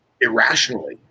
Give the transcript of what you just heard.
irrationally